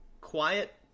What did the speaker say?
Quiet